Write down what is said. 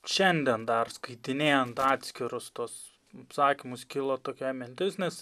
šiandien dar skaitinėjant atskirus tuos apsakymus kilo tokia mintis nes